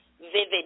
vivid